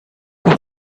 pour